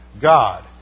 God